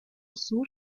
sur